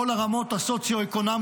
כל הרמות הסוציו-אקונומיות,